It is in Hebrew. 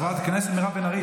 חברת הכנסת מירב בן ארי,